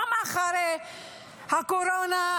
גם אחרי הקורונה,